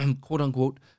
quote-unquote